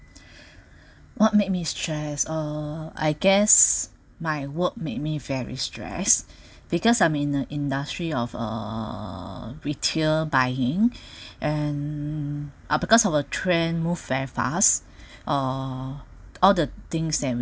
what made me stressed uh I guess my work made me very stress because I'm in the industry of uh retail buying and uh because of a trend move very fast uh all the things that